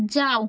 যাও